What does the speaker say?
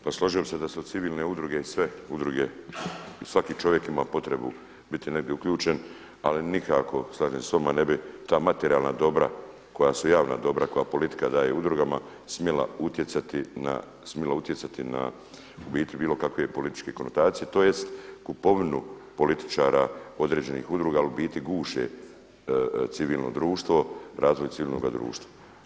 Pa slažem se da su civilne udruge i sve udruge i svaki čovjek ima potrebu biti negdje uključen, ali nikako slažem se sa vama ne bi ta materijalna dobra koja su javna dobra, koje politika daje udrugama smjela utjecati na u biti bilo kakve političke konotacije, tj. kupovinu političara određenih udruga, ali u biti guše civilno društvo, razvoj civilnoga društva.